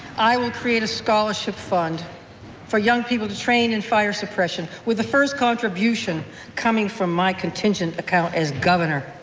i will to create a scholarship fund for young people to train in fire suppression, with the first contribution coming from my contingent account as governor.